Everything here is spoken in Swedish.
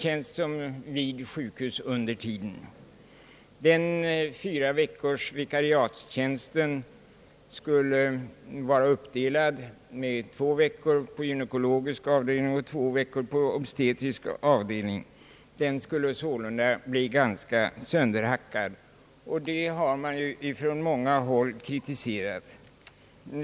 Denna vikariafstjänst under fyra veckor skulle delas upp med två veckor på gynekologisk avdelning och två veckor på obstetrisk avdelning. Den skulle sålunda bli ganska sönderhackad. Detta har från många håll kritiserats.